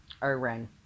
Oren